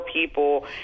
people